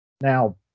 Now